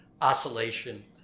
oscillation